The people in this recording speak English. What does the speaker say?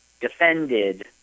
defended